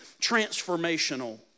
transformational